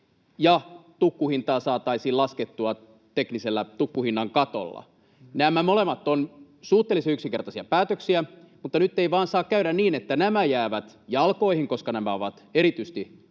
ja tukkuhintaa saataisiin laskettua teknisellä tukkuhinnan katolla? Nämä molemmat ovat suhteellisen yksinkertaisia päätöksiä, mutta nyt ei vain saa käydä niin, että nämä jäävät jalkoihin, koska nämä ovat erityisesti Pohjoismaiden